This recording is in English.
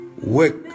work